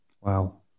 Wow